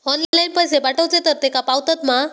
Online पैसे पाठवचे तर तेका पावतत मा?